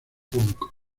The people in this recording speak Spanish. punk